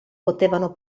potevano